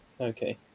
Okay